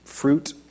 Fruit